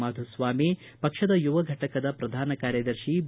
ಮಾಧುಸ್ವಾಮಿ ಪಕ್ಷದ ಯುವ ಫಟಕದ ಪ್ರಧಾನ ಕಾರ್ಯದರ್ಶಿ ಬಿ